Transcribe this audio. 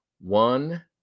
One